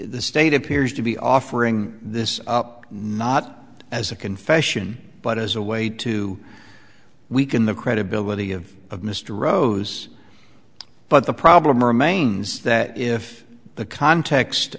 the state appears to be offering this up not as a confession but as a way to weaken the credibility of of mr rose but the problem remains that if the context